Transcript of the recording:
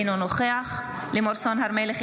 אינו נוכח לימור סון הר מלך,